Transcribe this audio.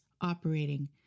operating